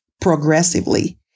progressively